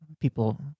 people